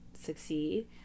succeed